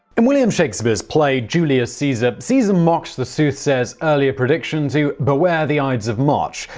in william shakespeare's play julius caesar, caesar mocks the soothsayer's earlier prediction to beware the ides of march.